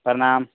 प्रणाम